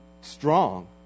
strong